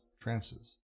trances